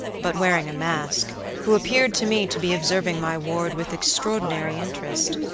but wearing a mask, who appeared to me to be observing my ward with extraordinary interest.